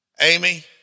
Amy